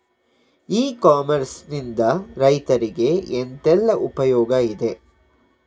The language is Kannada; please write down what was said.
ಇ ಕಾಮರ್ಸ್ ನಿಂದ ರೈತರಿಗೆ ಎಂತೆಲ್ಲ ಉಪಯೋಗ ಇದೆ?